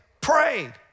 prayed